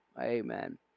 Amen